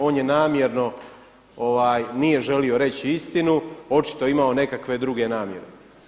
On je namjerno, nije želio reći istinu, očito je imao nekakve druge namjere.